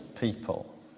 people